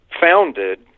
founded